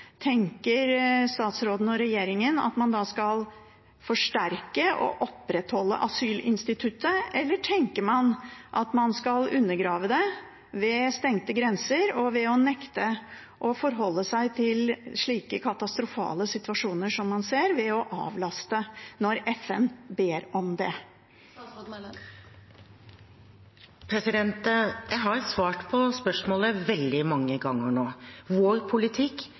Tenker statsråden og regjeringen at man da skal forsterke og opprettholde asylinstituttet, eller tenker man at man skal undergrave det ved stengte grenser og ved å nekte å forholde seg til slike katastrofale situasjoner man ser, ved å avlaste når FN ber om det? Jeg har svart på spørsmålet veldig mange ganger nå. Vår politikk